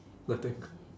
nothing